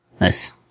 Nice